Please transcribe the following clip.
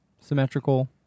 symmetrical